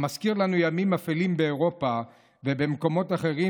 המזכיר לנו ימים אפלים באירופה ובמקומות אחרים,